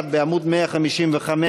1 בעמוד 155,